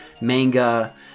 manga